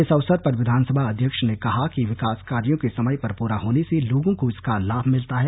इस अवसर पर विधानसभा अध्यक्ष ने कहा कि विकास कार्यों के समय पर पूरा होने से लोगों को इसका लाभ मिलता है